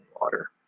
water